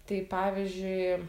tai pavyzdžiui